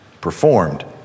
performed